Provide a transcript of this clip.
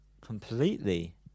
completely